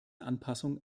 anpassung